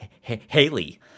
Haley